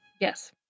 Yes